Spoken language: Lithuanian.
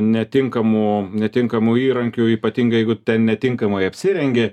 netinkamu netinkamu įrankiu ypatingai jeigu ten netinkamai apsirengi